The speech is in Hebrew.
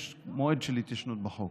יש מועד של התיישנות בחוק.